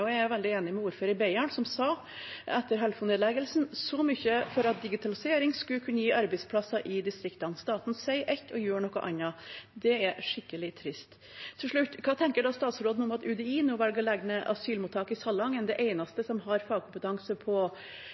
og jeg er veldig enig med ordføreren i Beiarn som sa etter Helfo-nedleggelsen: «Så mye for at digitalisering skulle kunne gi arbeidsplasser i distriktene. Staten sier ett, og gjør noe annet. Dette er skikkelig trist.» Til slutt: Hva tenker statsråden om at UDI nå velger å legge ned asylmottaket i Salangen, det eneste som har fagkompetanse på